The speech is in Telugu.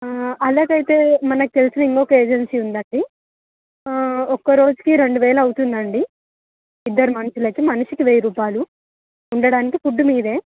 అలాగైతే మనకి తెలిసిన ఇంకొక ఏజెన్సీ ఉంది అండి ఒక్కరోజుకి రెండు వేలు అవుతుంది అండి ఇద్దరు మనుషులకి మనిషికి వెయ్యి రూపాయలు ఉండడానికి ఫుడ్ మీది